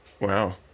Wow